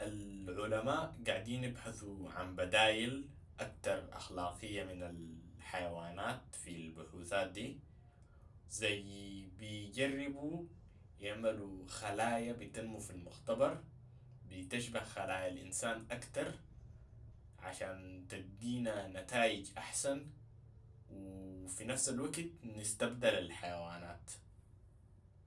العلماء قاعدين يبحثوا عن بدايل اكتر أخلاقية من الحيوانات في البحوثات دي، زي بيجربوا يعملوا خلايا بتنمو في المختبر بتشبه خلايا الإنسان أكتر عشان تدينا نتائج أحسن و في نفس الوقت نستبدل الحيوانات.